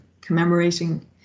commemorating